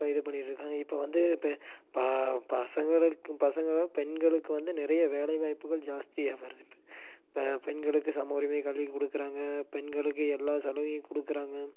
இப்போ இது பண்ணிட்டுருக்காங்க இப்போ வந்து இப்போ பா பசங்களுக்கு பசங்களும் பெண்களுக்கு வந்து நிறைய வேலை வாய்ப்புகள் ஜாஸ்தியாக வருது இப்போ இப்போ பெண்களுக்கு சம உரிமை கல்வி கொடுக்கிறாங்க பெண்களுக்கு எல்லா சலுகையும் கொடுக்குறாங்க